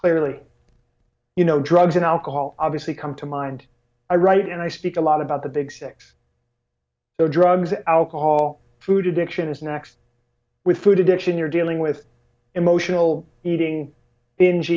clearly you know drugs and alcohol obviously come to mind i write and i speak a lot about the big sex drugs alcohol food addiction is next with food addiction you're dealing with emotional eating in